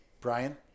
Brian